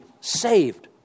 saved